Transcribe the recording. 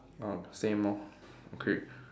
ah same lor okay